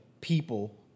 people